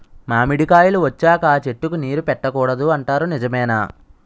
మామిడికాయలు వచ్చాక అ చెట్టుకి నీరు పెట్టకూడదు అంటారు నిజమేనా?